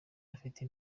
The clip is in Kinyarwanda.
afite